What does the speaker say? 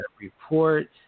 report